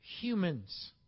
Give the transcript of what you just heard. humans